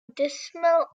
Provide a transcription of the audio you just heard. dismal